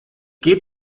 geht